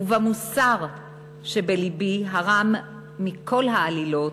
ובמוסר שבלבי, הרם מכל העלילות"